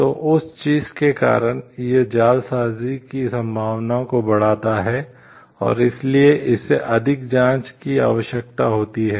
तो उस चीज़ के कारण यह जालसाजी की संभावना को बढ़ाता है और इसीलिए इसे अधिक जांच की आवश्यकता होती है